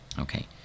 Okay